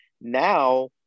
Now